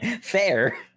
Fair